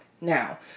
Now